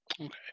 Okay